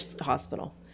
hospital